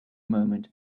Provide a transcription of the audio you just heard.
moment